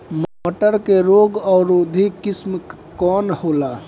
मटर के रोग अवरोधी किस्म कौन होला?